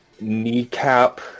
Kneecap